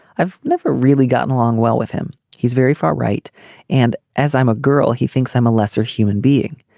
i've never really gotten along well with him. he's very far right and as i'm a girl he thinks i'm a lesser human being.